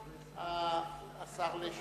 הקשר של אחד מכם לכנסת ולחבר הכנסת מוץ מטלון.